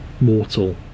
mortal